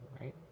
right